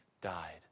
died